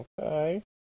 Okay